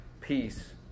peace